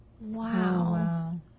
Wow